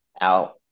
out